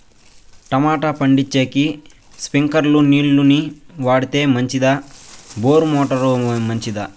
Tomato పండించేకి స్ప్రింక్లర్లు నీళ్ళ ని వాడితే మంచిదా బోరు మోటారు మంచిదా?